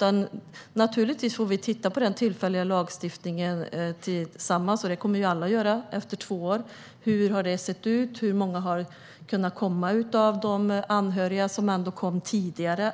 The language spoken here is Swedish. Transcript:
Men naturligtvis ska vi alla tillsammans titta på den tillfälliga lagstiftningen efter två år och se hur det har sett ut. Hur många av de anhöriga till dem som kom tidigare